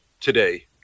today